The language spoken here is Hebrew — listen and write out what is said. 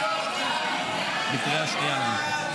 1,